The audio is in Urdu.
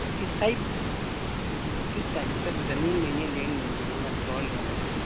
تو کس سائڈ جی کس ٹائم سر زمین لینی ہے لینڈ لینی ہے یا فلور لینا ہے